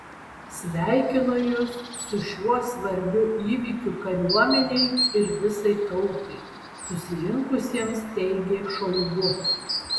sveikinu jus su šiuo svarbiu įvykiu kariuomenei ir visai tautai susirinkusiems teigė šoigu